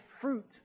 fruit